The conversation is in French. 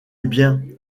bien